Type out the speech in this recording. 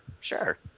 sure